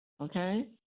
Okay